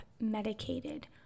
medicated